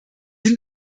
sind